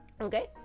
Okay